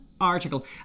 article